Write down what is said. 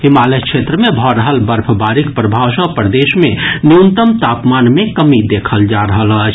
हिमालय क्षेत्र मे भऽ रहल बर्फबारीक प्रभाव सँ प्रदेश मे न्यूनतम तापमान मे कमी देखल जा रहल अछि